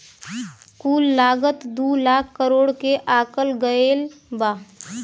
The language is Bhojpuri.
कुल लागत दू लाख करोड़ के आकल गएल बा